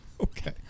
Okay